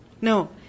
No